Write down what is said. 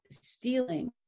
stealing